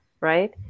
right